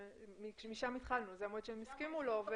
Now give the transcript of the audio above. משם התחלנו, זה המועד שהם הסכימו לו.